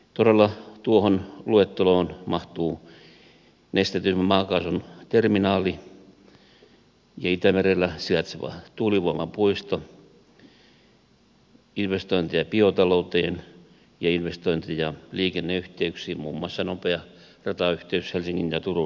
todella tuohon luetteloon mahtuvat nesteytetyn maakaasun terminaali ja itämerellä sijaitseva tuulivoimapuisto investointeja biotalouteen ja investointeja liikenneyhteyksiin muun muassa nopea ratayhteys helsingin ja turun välillä